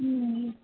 ம் ம்